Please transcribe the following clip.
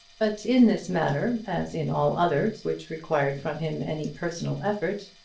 but in this matter, as in all others which required from him any personal effort,